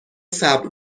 صبر